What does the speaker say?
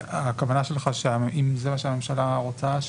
הכוונה שלך שאם זה שהממשלה רוצה,